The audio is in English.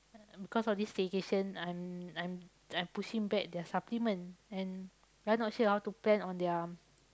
because of this staycation I'm I'm I'm pushing back their supplement and not say I want to plan on their